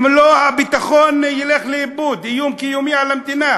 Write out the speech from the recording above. אם לא, הביטחון ילך לאיבוד, איום קיומי על המדינה.